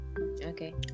Okay